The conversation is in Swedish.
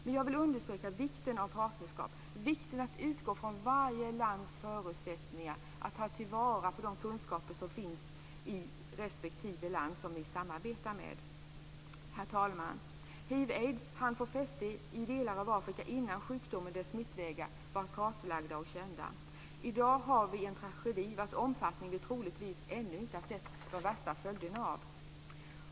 Men jag vill understryka vikten av partnerskap, vikten att utgå från varje lands förutsättningar att ta till vara de kunskaper som finns i respektive land som vi samarbetar med Fru talman! Hiv/aids hann få fäste i delar av Afrika innan sjukdomen och dess smittvägar var kartlagda och kända. I dag har vi en tragedi vars omfattning vi troligtvis ännu inte sett de värsta följderna av.